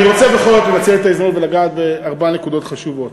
אני רוצה בכל זאת לנצל את ההזדמנות ולגעת בארבע נקודות חשובות.